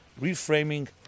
reframing